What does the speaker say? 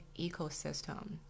ecosystem